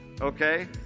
Okay